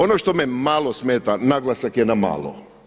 Ono što me malo smeta, naglasak je na malo.